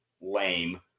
lame